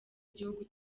igihugu